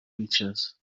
features